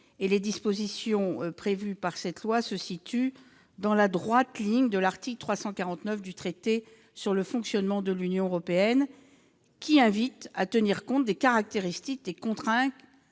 vous évoquez, madame la sénatrice, se situent dans la droite ligne de l'article 349 du traité sur le fonctionnement de l'Union européenne, qui invite à tenir compte des caractéristiques et des contraintes